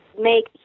make